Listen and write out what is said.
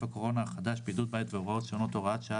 הקורונה החדש) (בידוד בית והוראות שונות) (הוראת שעה),